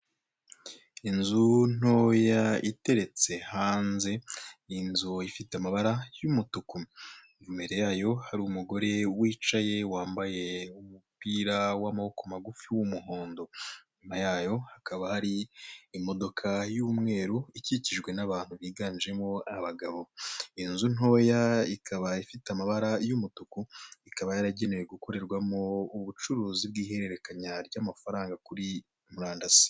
Inzu ntoya iteretse hanze, inzu ifite amabara y'umutuku imbere yayo hari umugore wicaye wambaye umupira w'amaboko magufi w'umuhondo inyuma yayo hakaba hari imodoka y'umweru ikikijwe n'abantu biganjemo abagabo. Inzu ntoya ikaba ifite amabara y'umutuku ikaba yaragenewe gukorerwamo ubucuruzi bw'ihererekanya ry'amafaranga kuri murandasi.